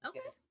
Okay